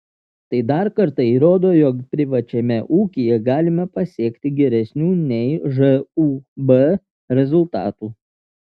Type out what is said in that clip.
tai dar kartą įrodo jog privačiame ūkyje galima pasiekti geresnių nei žūb rezultatų